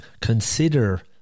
Consider